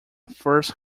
first